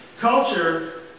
culture